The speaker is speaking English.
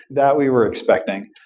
that we were expecting.